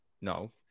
No